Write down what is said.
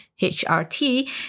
HRT